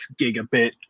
gigabit